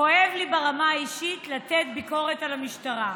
כואב לי ברמה האישית לתת ביקורת על המשטרה,